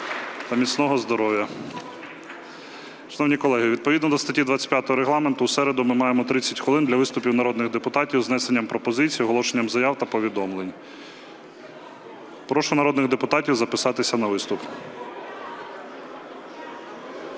та міцного здоров'я! (Оплески) Шановні колеги, відповідно до статті 25 Регламенту у середу ми маємо 30 хвилин для виступів народних депутатів із внесенням пропозицій, оголошенням заяв та повідомлень. Прошу народних депутатів записатися на виступ.